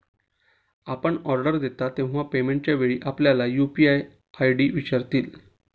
आपण ऑर्डर देता तेव्हा पेमेंटच्या वेळी आपल्याला यू.पी.आय आय.डी विचारतील